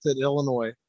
Illinois